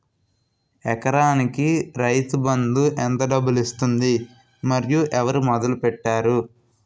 ఎకరానికి రైతు బందు ఎంత డబ్బులు ఇస్తుంది? మరియు ఎవరు మొదల పెట్టారు?